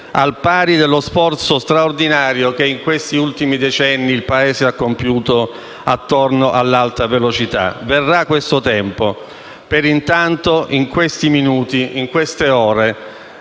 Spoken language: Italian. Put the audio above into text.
al pari dello sforzo straordinario che in questi ultimi decenni il Paese ha compiuto attorno all'Alta velocità. Verrà questo tempo. Nel frattempo, in questi minuti, in queste ore,